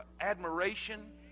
admiration